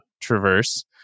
traverse